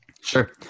Sure